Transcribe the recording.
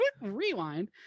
rewind